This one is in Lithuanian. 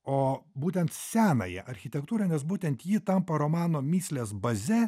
o būtent senąją architektūrą nes būtent ji tampa romano mįslės baze